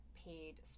Paid